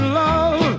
love